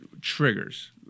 Triggers